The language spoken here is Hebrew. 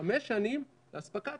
לחמש שנים לאספקת